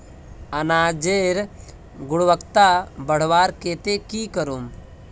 अनाजेर गुणवत्ता बढ़वार केते की करूम?